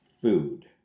food